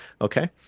okay